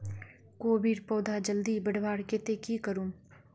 कोबीर पौधा जल्दी बढ़वार केते की करूम?